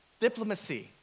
diplomacy